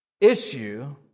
issue